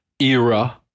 era